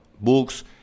books